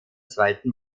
zweiten